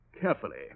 Carefully